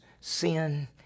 sin